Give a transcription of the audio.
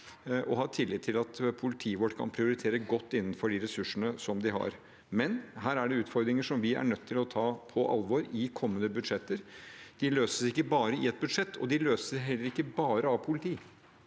vi har tillit til at politiet vårt kan prioritere godt innenfor de ressursene de har. Men her er det utfordringer som vi er nødt til å ta på alvor i kommende budsjetter. De løses ikke bare i et budsjett, og de løses heller ikke bare av politi,